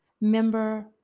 member